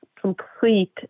complete